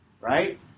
right